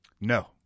No